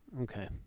Okay